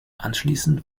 anschließend